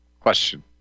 Question